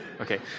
Okay